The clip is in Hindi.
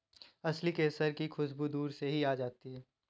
असली केसर की खुशबू दूर से ही आ जाती है